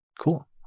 Cool